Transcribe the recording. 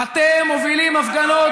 אתם מובילים הפגנות